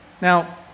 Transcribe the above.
Now